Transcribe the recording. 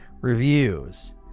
reviews